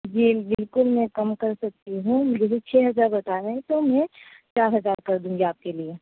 جی بالکل میں کم کر سکتی ہوں یہ جو چھ ہزار بتا رہے ہیں تو میں چار ہزار کر دوں گی آپ کے لیے